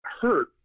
hurt